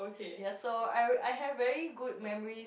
ya so I've I have very good memories